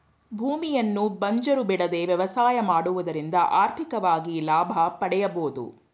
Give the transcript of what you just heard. ಭೂಮಿಯನ್ನು ಬಂಜರು ಬಿಡದೆ ವ್ಯವಸಾಯ ಮಾಡುವುದರಿಂದ ಆರ್ಥಿಕವಾಗಿ ಲಾಭ ಪಡೆಯಬೋದು